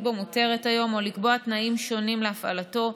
בו מותרת היום או לקבוע תנאים שונים להפעלתו,